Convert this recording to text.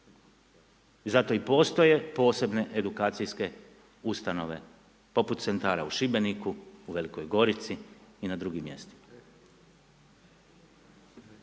Zato i postoje posebne edukacijske ustanove poput centara u Šibeniku, u Velikoj Gorici i na drugim mjestima.